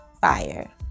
FIRE